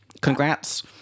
Congrats